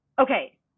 okay